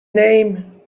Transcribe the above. name